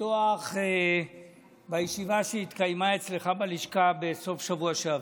לפתוח בישיבה שהתקיימה אצלך בלשכה בסוף השבוע שעבר.